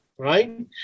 Right